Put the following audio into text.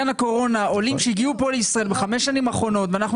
עולים שהגיעו לישראל בחמש השנים האחרונות ואנחנו